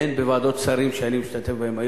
והן בוועדות שרים שאני משתתף בהן היום,